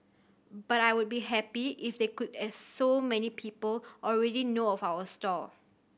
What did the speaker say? but I would be happy if they could as so many people already know of our stall